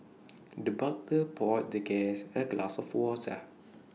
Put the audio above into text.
the butler poured the guest A glass of water